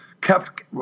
kept